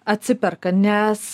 atsiperka nes